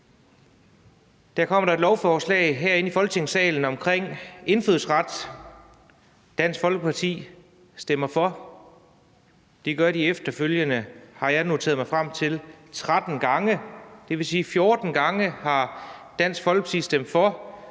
Da kom der et lovforslag her i Folketingssalen omkring indfødsret. Dansk Folkeparti stemte for, og det gør de 13 gange efterfølgende, har jeg noteret mig. Det vil sige, at 14 gange har Dansk Folkeparti stemt for